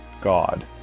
God